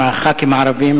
עם חברי הכנסת הערבים,